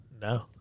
No